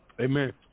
Amen